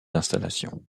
installations